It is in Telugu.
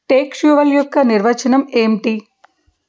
టేక్స్టువల్ యొక్క నిర్వచనం ఏంటి